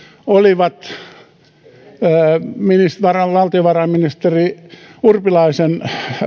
olivat valtiovarainministeri urpilaisen